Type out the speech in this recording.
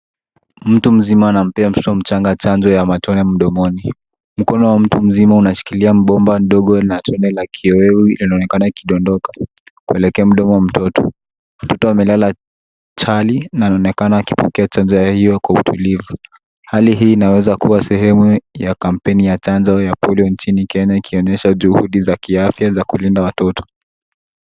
Mtu mzima anampea mtoto mchanga chanjo ya matone mdomoni ,mkono wa mtu mzima unashikilia mbomba mdogo na tone la kihehewi linaonekana likidondoka kuelekea mdomo wa mtoto ,mtoto amelala chali na aonekana akipokea chanjo hiyo kwa utulivu ,hali hii inaweza kuwa sehemu ya kampeni ya chanjo ya polio nchini Kenya ikionyesha juhudi za kiafya za kulinda watoto.